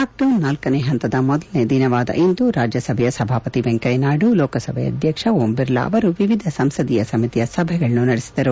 lockdown ನಾಲ್ನನೇ ಹಂತದ ಮೊದಲನೆ ದಿನವಾದ ಇಂದು ರಾಜ್ಞಸಭೆಯ ಸಭಾಪತಿ ವೆಂಕಯ್ನನಾಯ್ಲು ಲೋಕಸಭೆ ಅಧ್ಯಕ್ಷ ಓಂ ಬಿರ್ಲಾ ಅವರು ವಿವಿಧ ಸಂಸದೀಯ ಸಮಿತಿಯ ಸಭೆಗಳನ್ನು ನಡೆಸಿದರು